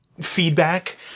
feedback